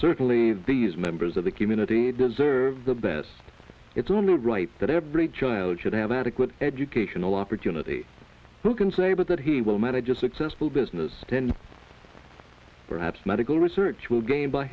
certainly these members of the community deserve the best it's only right that every child should have adequate educational opportunity who can say but that he will manage a successful business then perhaps medical research will gain by